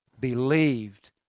believed